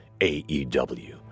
AEW